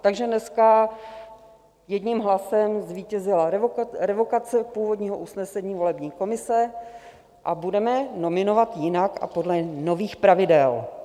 Takže dneska jedním hlasem zvítězila revokace původního usnesení volební komise a budeme nominovat jinak a podle nových pravidel.